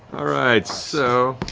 all right, so